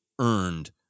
earned